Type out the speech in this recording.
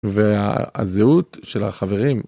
והזהות של החברים.